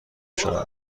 شده